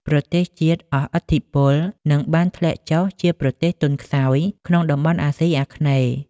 ប្រទេសជាតិអស់ឥទ្ធិពល និងបានធ្លាក់ចុះជាប្រទេសទន់ខ្សោយក្នុងតំបន់អាស៊ីអាគ្នេយ៍។